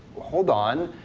hold on,